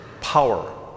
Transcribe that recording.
Power